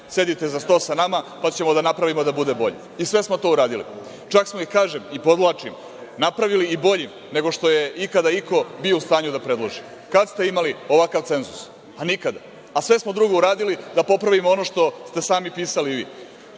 sedite za sto sa nama, pa ćemo da napravimo da bude bolje.I sve smo to uradili, čak smo, kažem i podvlačim, napravili i boljim nego što je ikada iko bio u stanju na predloži. Kada ste imali ovakav cenzus? Nikada. Sve smo drugo uradili da popravimo ono što ste sami pisali vi.I